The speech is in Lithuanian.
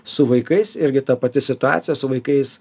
su vaikais irgi ta pati situacija su vaikais